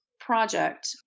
Project